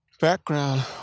background